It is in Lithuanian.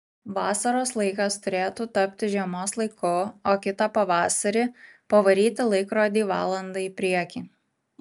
vasaros laikas turėtų tapti žiemos laiku o kitą pavasarį pavaryti laikrodį valanda į priekį